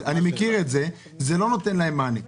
זה לא נותן להם מענה.